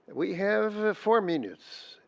we have four minutes.